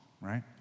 right